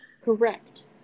Correct